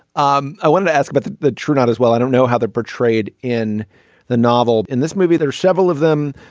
um i want to ask but about the turnout as well i don't know how they're portrayed in the novel in this movie there several of them.